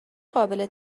قابل